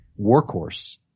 workhorse